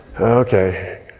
Okay